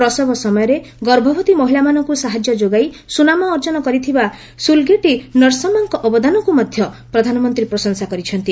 ପ୍ରସବ ସମୟରେ ଗର୍ଭବତୀ ମହିଳାମାନଙ୍କୁ ସାହାଯ୍ୟ ଯୋଗାଇ ସୁନାମ ଅର୍ଜନ କରିଥିବା ସ୍କୁଲଗୀଟି ନରସମାଙ୍କ ଅବଦାନକୁ ମଧ୍ୟ ପ୍ରଧାନମନ୍ତ୍ରୀ ପ୍ରଶଂସା କରିଛନ୍ତି